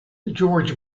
george